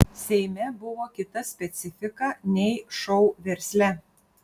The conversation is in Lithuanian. seime buvo kita specifika nei šou versle